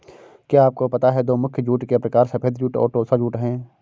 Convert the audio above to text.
क्या आपको पता है दो मुख्य जूट के प्रकार सफ़ेद जूट और टोसा जूट है